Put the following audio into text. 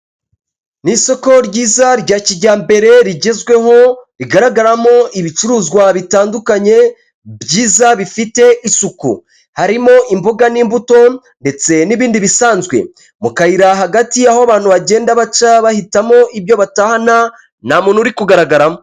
Ni isoko ryiza rya kijyambere rigezweho, rigaragaramo ibicuruzwa bitandukanye byiza bifite isuku, harimo imbuga n'imbuto ndetse n'ibindi bisanzwe, mu kayira hagati aho abantu bagenda baca bahitamo ibyo batahana ntamuntu uri kugaragaramo.